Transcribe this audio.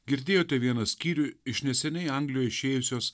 girdėjote vieną skyrių iš neseniai anglijoj išėjusios